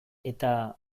eta